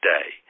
Day